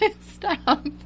stop